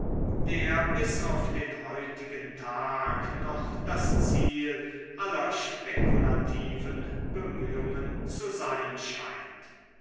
der bis auf den heutigen tag noch das ziel aller spekulativen bemühungen zu sein scheint